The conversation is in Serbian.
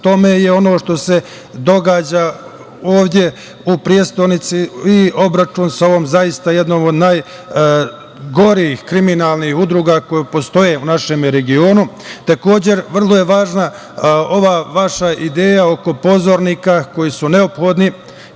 tome je ono što se događa ovde u prestonici i obračun sa jednom od najgorih kriminalnih grupa koje postoje u našem regionu. Takođe, vrlo je važna ova vaša ideja oko pozornika koji su neophodni